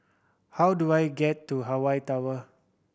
how do I get to Hawaii Tower